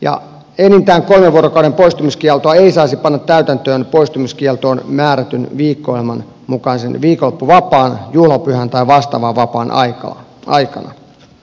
enintään kolmen vuorokauden poistumiskieltoa ei saisi panna täytäntöön poistumiskieltoon määrätyn viikko ohjelman mukaisen viikonloppuvapaan juhlapyhän tai vastaavan vapaan aikana